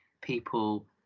people